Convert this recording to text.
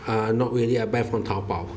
uh not really I buy from Taobao